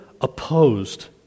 opposed